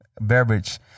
beverage